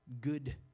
good